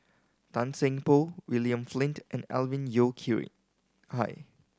Tan Seng Poh William Flint and Alvin Yeo Khirn Hai